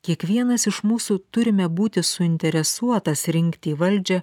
kiekvienas iš mūsų turime būti suinteresuotas rinkti į valdžią